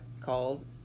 called